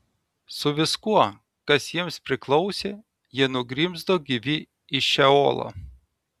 su viskuo kas jiems priklausė jie nugrimzdo gyvi į šeolą